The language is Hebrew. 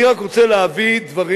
אני רק רוצה להביא דברים